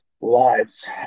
lives